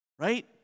Right